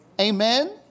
Amen